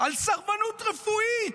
על סרבנות רפואית.